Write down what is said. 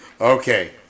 Okay